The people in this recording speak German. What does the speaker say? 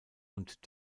und